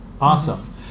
Awesome